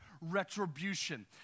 retribution